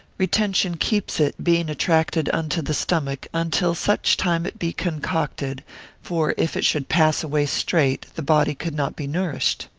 retention keeps it, being attracted unto the stomach, until such time it be concocted for if it should pass away straight, the body could not be nourished.